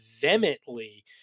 vehemently